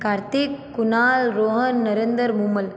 Kartik Kunal Rohan Narendra Moomal